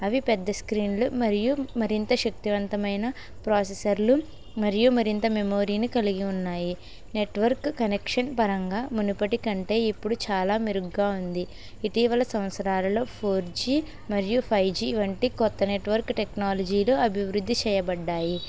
అవి పెద్ద స్క్రీన్లు మరియు మరింత శక్తివంతమైన ప్రాసెసర్లు మరియు మరింత మెమొరీను కలిగి ఉన్నాయి నెట్వర్క్ కనెక్షన్ పరంగా మునుపటి కంటే ఇప్పుడు చాలా మెరుగ్గా ఉంది ఇటీవల సంవత్సరాలలో ఫోర్ జీ మరియు ఫైవ్ జీ వంటి కొత్త నెట్వర్క్ టెక్నాలజీ లో అభివృద్ధి చేయబడ్డాయి